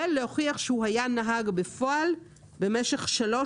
ולהוכיח שהוא היה נהג בפועל במשך שלוש